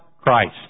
Christ